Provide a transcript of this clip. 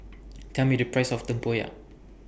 Tell Me The Price of Tempoyak